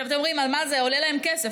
עכשיו אתם אומרים: אבל מה, זה עולה להם כסף.